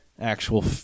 actual